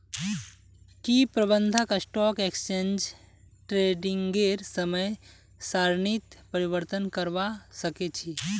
की प्रबंधक stock exchange ट्रेडिंगेर समय सारणीत परिवर्तन करवा सके छी